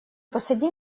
посади